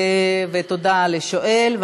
ותודה לשואל.